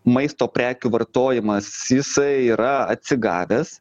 maisto prekių vartojimas jisai yra atsigavęs